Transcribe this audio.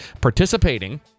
participating